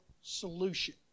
solution